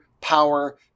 power